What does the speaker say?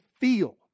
feel